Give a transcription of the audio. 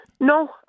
No